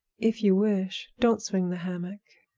if you wish. don't swing the hammock.